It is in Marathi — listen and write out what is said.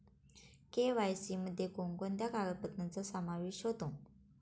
के.वाय.सी मध्ये कोणकोणत्या कागदपत्रांचा समावेश होतो?